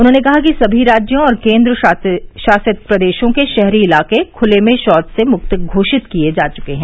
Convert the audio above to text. उन्होंने कहा कि सभी राज्यों और केन्द्र शासित प्रदेशों के शहरी इलाके खुले में शौच से मुक्त घोषित किये जा चुके हैं